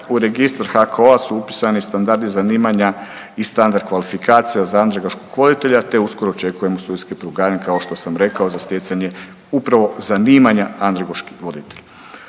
u registar HKO-a su upisani i standardi zanimanja i standard kvalifikacija za androgoškog voditelja, te uskoro očekujem studijske programe kao što sam rekao za stjecanje upravo zanimanja androgoški voditelj.